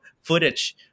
footage